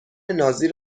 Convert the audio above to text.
نازی